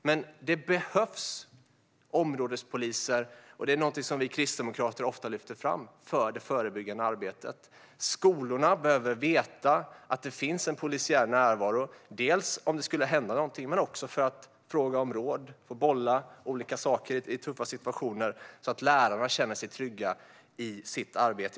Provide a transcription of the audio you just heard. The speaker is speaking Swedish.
Att det behövs områdespoliser för det förebyggande arbetet är något vi kristdemokrater ofta lyfter fram. Skolorna behöver veta att det finns en polisiär närvaro om det skulle hända något men också för att kunna fråga om råd och bolla olika saker i tuffa situationer så att lärarna känner sig trygga i sitt arbete.